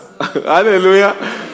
Hallelujah